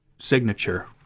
signature